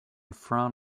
front